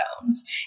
zones